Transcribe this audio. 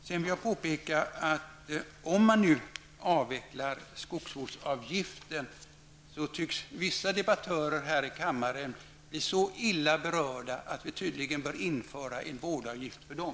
Jag vill också påpeka att om man nu skall avveckla skogsvårdsavgiften tycks vissa debattörer här i kammaren bli så illa berörda att vi tydligen bör införa vårdavgift för dem.